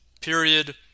Period